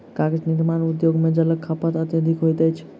कागज निर्माण उद्योग मे जलक खपत अत्यधिक होइत अछि